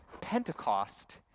Pentecost